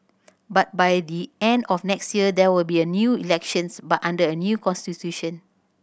but by the end of next year there will be a new elections but under a new constitution